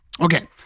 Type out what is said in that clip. Okay